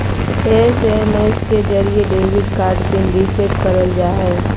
SMS के जरिये debit card PIN reset करल जा हय